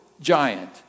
giant